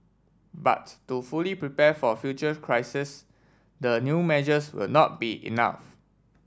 but to fully prepare for future crises the new measures will not be enough